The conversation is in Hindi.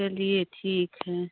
चलिए ठीक है